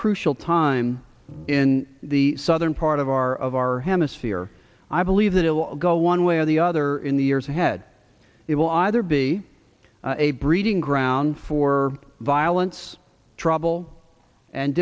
crucial time in the southern part of our of our hemisphere i believe that it will go one way or the other in the years ahead it will either be a breeding ground for violence trouble and